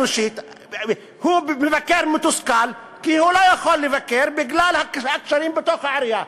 הוא מבקר מתוסכל כי הוא לא יכול לבקר בגלל הקשרים בתוך העירייה.